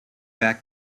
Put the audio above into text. back